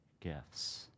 gifts